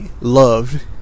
loved